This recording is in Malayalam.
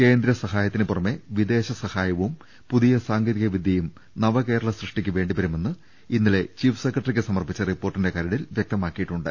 കേന്ദ്ര സഹായത്തിന് പുറമെ വിദേശ സഹായവും പുതിയ സാങ്കേതിക വിദ്യയും നവ കേരള സൃഷ്ടിക്ക് വേണ്ടിവരുമെന്ന് ഇന്നലെ ചീഫ് സെക്രട്ടറിക്ക് സമർപ്പിച്ച റിപ്പോർട്ടിന്റെ കരടിൽ വ്യക്തമാക്കിയിട്ടുണ്ട്